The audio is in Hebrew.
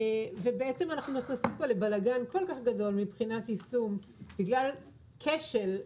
אבל אנחנו נכנסים לבלגן כל כך גדול של איסוף בגלל כשל.